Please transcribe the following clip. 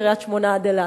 מקריית-שמונה עד אילת,